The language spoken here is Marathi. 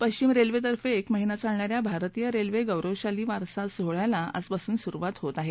पश्चिम रेल्वेतर्फे एक महिना चालणा या भारतीय रेल्वे गौरवशाली वारसा सोहळ्याला आजपासून सुरुवात होणार आहे